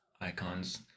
icons